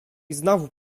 znowu